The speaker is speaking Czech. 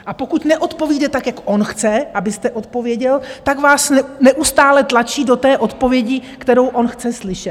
A pokud neodpovíte tak, jak on chce, abyste odpověděl, tak vás neustále tlačí do té odpovědi, kterou on chce slyšet.